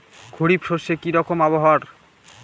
খরিফ শস্যে কি রকম আবহাওয়ার?